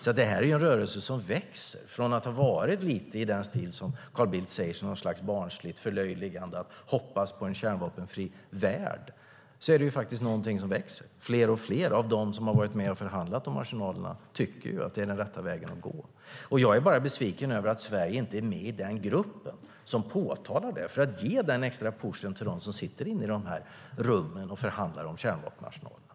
Detta är en rörelse som växer, från att ha varit lite i den stil som Carl Bildt säger, som något slags barnsligt förlöjligande om att hoppas på en kärnvapenfri värld. Det är något som växer. Fler och fler av dem som har varit med och förhandlat om arsenalerna tycker att det är den rätta vägen att gå. Jag är bara besviken över att Sverige inte är med i den grupp som påtalar detta, för att ge en extra push till dem som sitter inne i de här rummen och förhandlar om kärnvapenarsenalerna.